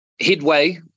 headway